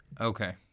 Okay